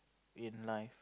in life